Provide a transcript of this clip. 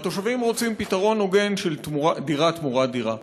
והתושבים רוצים פתרון הוגן של דירה תמורת דירה.